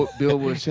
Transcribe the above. but billboard yeah